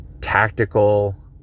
tactical